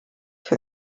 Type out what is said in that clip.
für